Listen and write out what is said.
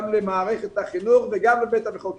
גם למערכת החינוך וגם לבית המחוקקים.